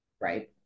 Right